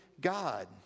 God